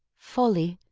folly.